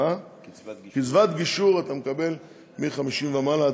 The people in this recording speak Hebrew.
קצבת גישור מקבלים מ-50 ומעלה,